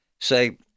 say